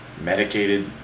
medicated